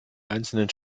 einzelnen